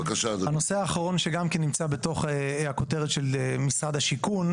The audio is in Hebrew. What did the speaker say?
הנושא האחרון שגם כן נמצא בתוך הכותרת של משרד השיכון,